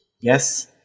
yes